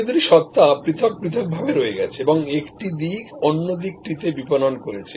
তবে এই দুটি সত্তা আলাদা আলাদা প্রান্তে রয়ে গেছে এবং এক প্রান্ত থেকে অন্য প্রান্তে মার্কেটিং করেছে